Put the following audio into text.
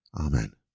Amen